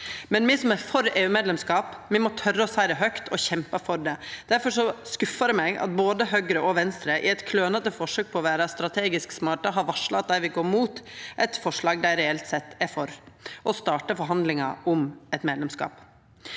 men me som er for EU-medlemskap, må tora å seia det høgt og kjempa for det. Difor skuffar det meg at både Høgre og Venstre, i eit klønete forsøk på å vera strategisk smarte, har varsla at dei vil gå imot eit forslag dei reelt sett er for – om å starta forhandlingar om eit medlemskap.